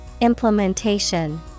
Implementation